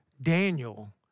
Daniel